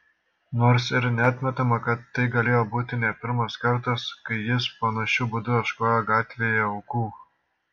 nors ir neatmetama kad tai galėjo būti ne pirmas kartas kai jis panašiu būdu ieškojo gatvėje aukų